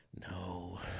No